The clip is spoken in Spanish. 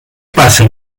pasa